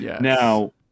now